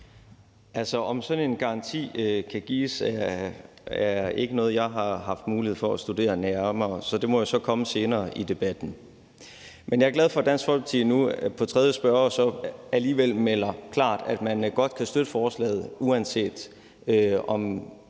en sådan garanti kan gives, er ikke noget, jeg har haft mulighed for at studere nærmere, så svaret på det må jo komme senere i debatten. Men jeg er glad for, at Dansk Folkeparti nu på tredje spørger alligevel melder klart ud, at man godt kan støtte forslaget uanset hvad.